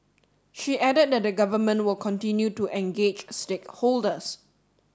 she added that the government will continue to engage stakeholders